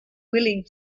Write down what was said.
willing